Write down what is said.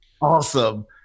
awesome